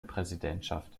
präsidentschaft